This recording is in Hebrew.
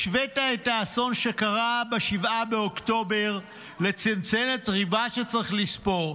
השווית את האסון שקרה בשבעה באוקטובר לצנצנת ריבה שצריך לספור,